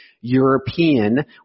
European